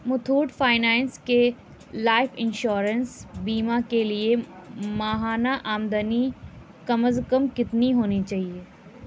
Muthoot finance کے life insurance بیما کے لیے ماہانہ آمدنی کم از کم کتنی ہونی چاہیے